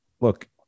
Look